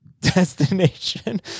destination